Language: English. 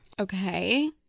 Okay